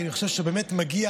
אלא כי אני חושב שבאמת מגיע